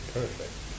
perfect